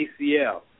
ACL